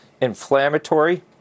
inflammatory